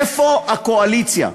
איפה הקואליציה?